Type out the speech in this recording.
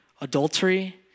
adultery